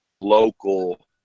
local